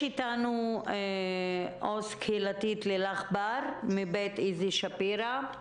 עו"ס לילך בר מבית איזי שפירא,